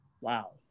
Wow